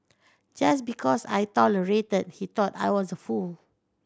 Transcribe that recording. just because I tolerated he thought I was a fool